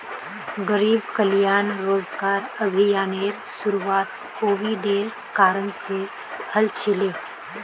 गरीब कल्याण रोजगार अभियानेर शुरुआत कोविडेर कारण से हल छिले